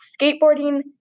skateboarding